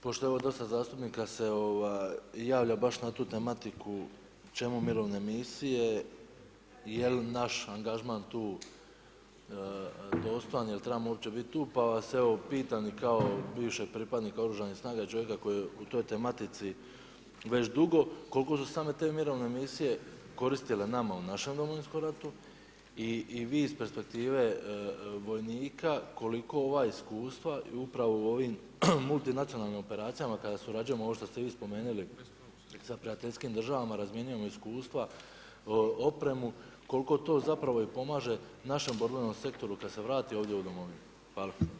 Pošto se dosta zastupnika javlja baš na tu tematiku čemu mirovine misije, jel naš angažman tu dostojan jel trebamo biti uopće tu pa vas pitam kao bivšeg pripadnika oružanih snaga i čovjeka koji je u toj tematici već dugo, koliko su same te mirovne misije koristile nama u našem Domovinskom ratu i vi iz perspektive vojnika koliko ova iskustva i upravo u ovim multinacionalnim operacijama kada surađujemo ovo što te vi spomenuli sa prijateljskim državama razmjenjujemo iskustva, opremu koliko to pomaže našem borbenom sektoru kada se vrati ovdje u domovinu?